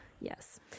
Yes